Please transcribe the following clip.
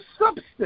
substance